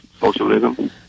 socialism